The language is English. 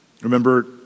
Remember